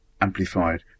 amplified